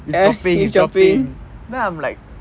it's dropping it's dropping then I'm like